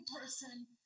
person